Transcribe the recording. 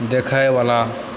देखैवला